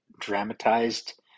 dramatized